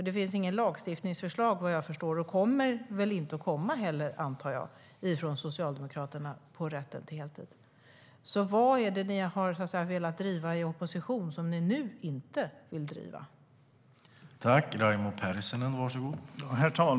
Det finns ju inget förslag till lagstiftning, vad jag förstår, och jag antar att det inte heller kommer något förslag från Socialdemokraterna om rätt till heltid.